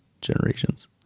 Generations